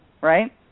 right